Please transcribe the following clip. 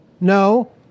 No